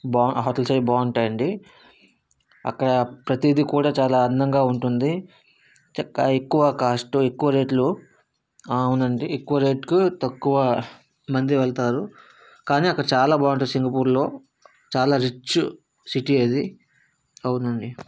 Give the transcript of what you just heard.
బా అవతలి సైడ్ బాగుంటాయి అండి అక్కడ ప్రతిది కూడా చాలా అందంగా ఉంటుంది చెక్క ఎక్కువ కాస్ట్ ఎక్కువ రేట్లు అవునండి ఎక్కువ రేట్లు తక్కువ మంది వెళ్తారు కానీ అక్కడ చాలా బాగుంటుంది సింగపూర్లో చాలా రిచ్ సిటీ అది అవునండి